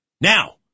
Now